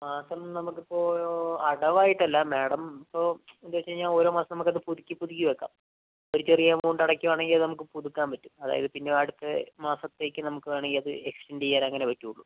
മാസം നമുക്ക് ഇപ്പോൾ അടവ് ആയിട്ട് അല്ല മാഡം ഇപ്പോ എന്ത് വെച്ച് കഴിഞ്ഞാൽ ഓരോ മാസം നമ്മക്ക് അത് പുതുക്കി പുതുക്കി വെക്കാ ഒരു ചെറിയ എമൗണ്ട് അടയ്ക്കുവാണെങ്കിൽ അത് നമുക്ക് പുതുക്കാൻ പറ്റും അതായത് പിന്നെ അടുത്ത മാസത്തേക്ക് നമ്മക്ക് വേണമെങ്കിൽ അത് എക്സ്റ്റെൻഡ് ചെയ്യാൻ അങ്ങനെ പറ്റൂള്ളൂ